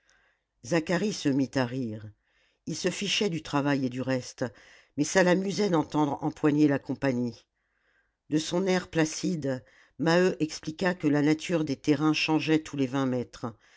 mit à rire il se fichait du travail et du reste mais ça l'amusait d'entendre empoigner la compagnie de son air placide maheu expliqua que la nature des terrains changeait tous les vingt mètres